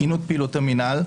תקינות פעילות המינהל,